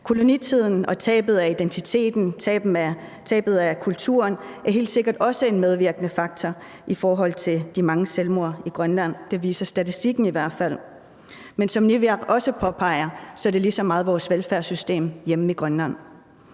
Kolonitiden og tabet af identiteten, tabet af kulturen, er helt sikkert en medvirkende faktor i forhold til de mange selvmord i Grønland. Det viser statistikken i hvert fald. Men som Niviaq også påpeger, er det lige så meget vores velfærdssystem hjemme i Grønland.